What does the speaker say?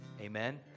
Amen